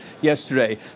yesterday